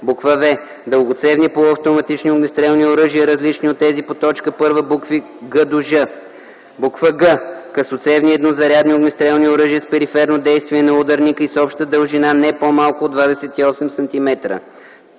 цев; в) дългоцевни полуавтоматични огнестрелни оръжия, различни от тези по т. 1, букви „г” - „ж”; г) късоцевни еднозарядни огнестрелни оръжия с периферно действие на ударника и с обща дължина, не по-малка от 28